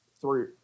Three